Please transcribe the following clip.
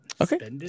Okay